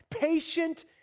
Patient